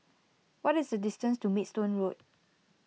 what is the distance to Maidstone Road